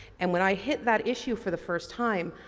and when i hit that issue for the first time,